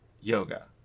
yoga